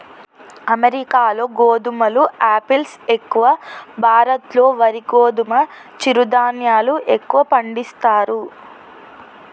అమెరికాలో గోధుమలు ఆపిల్స్ ఎక్కువ, భారత్ లో వరి గోధుమ చిరు ధాన్యాలు ఎక్కువ పండిస్తారు